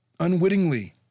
unwittingly